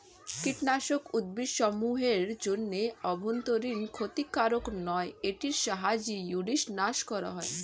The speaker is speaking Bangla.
কীটনাশক উদ্ভিদসমূহ এর জন্য অভ্যন্তরীন ক্ষতিকারক নয় এটির সাহায্যে উইড্স নাস করা হয়